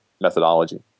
methodology